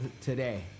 today